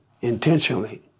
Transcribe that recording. intentionally